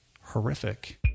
horrific